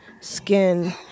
skin